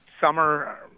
summer